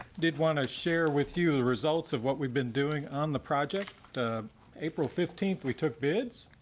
did want to share with you the results of what we've been doing on the project, the april fifteen. we took bids.